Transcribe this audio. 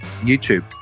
youtube